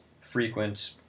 frequent